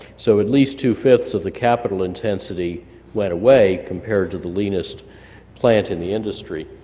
so at least two five of the capital intensity went away compared to the leanest plant in the industry.